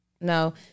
No